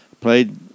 played